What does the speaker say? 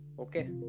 Okay